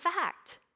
fact